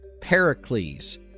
Pericles